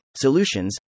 solutions